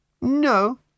No